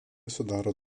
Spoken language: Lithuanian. sudaro